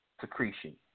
secretion